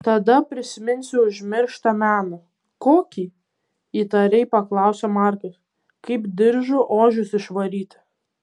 tada prisiminsiu užmirštą meną kokį įtariai paklausė markas kaip diržu ožius išvaryti